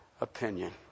opinion